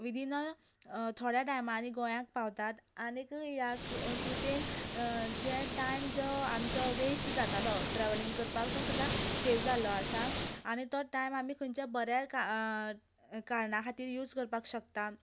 within अ थोड्या टायमार गोयांक पावतात आनीक ह्या कृतेन जे टायम जो आमचो वेस्ट जातालो ट्रेवलींग करपाक तो सुद्दां सेव जाल्लो आसा आनी तो टायम आमी खंयच्या बऱ्या कारणा खातीर यूज करपाक शकता